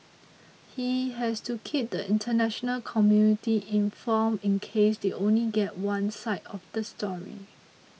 he has to keep the international community informed in case they only get one side of the story